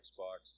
Xbox